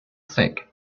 sick